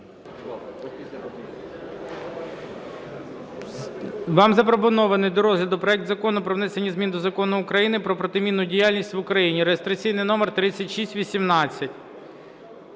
Вам запропонований до розгляду проект Закону про внесення змін до Закону України "Про протимінну діяльність в Україні" (реєстраційний номер 3618).